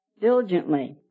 diligently